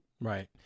Right